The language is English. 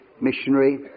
missionary